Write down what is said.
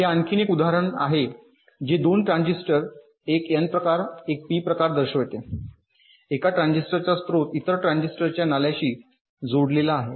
तर हे आणखी एक उदाहरण आहे जे 2 ट्रान्झिस्टर एक एन प्रकार एक पी प्रकार दर्शवते एका ट्रान्झिस्टरचा स्रोत इतर ट्रान्झिस्टरच्या नाल्याशी जोडलेला आहे